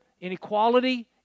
inequality